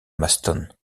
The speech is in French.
maston